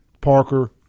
Parker